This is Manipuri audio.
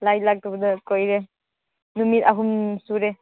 ꯂꯥꯏꯠ ꯂꯥꯛꯇꯕꯗꯣ ꯀꯨꯏꯔꯦ ꯅꯨꯃꯤꯠ ꯑꯍꯨꯝ ꯁꯨꯔꯦ